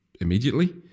immediately